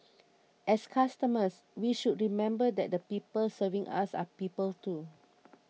as customers we should remember that the people serving us are people too